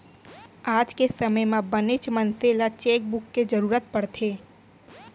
आज के समे म बनेच मनसे ल चेकबूक के जरूरत परथे